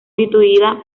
constituida